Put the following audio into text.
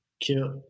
cute